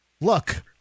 look –